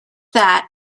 that